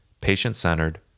patient-centered